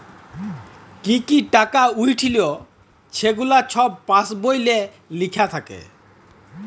কি কি টাকা উইঠল ছেগুলা ছব পাস্ বইলে লিখ্যা থ্যাকে